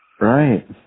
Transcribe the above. right